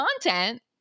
content